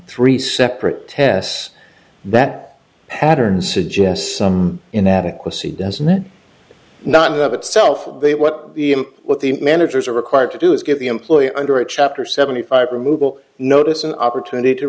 three separate tests that pattern suggests some inadequacy doesn't it not of itself they what the what the managers are required to do is give the employee under a chapter seventy five removal notice an opportunity to